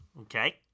okay